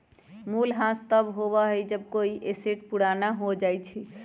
मूल्यह्रास तब होबा हई जब कोई एसेट पुराना हो जा हई